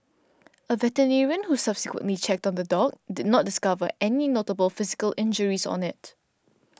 a who subsequently checked on the dog did not discover any notable physical injuries on it